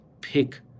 pick